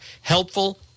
Helpful